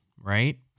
right